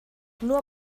nur